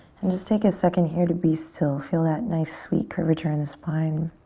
and just take a second here to be still. feel that nice, sweet curvature in the spine.